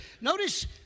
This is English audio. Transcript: Notice